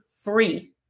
free